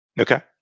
Okay